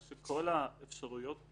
בסכום העולה על 5,000 שקלים חדשים,